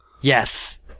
Yes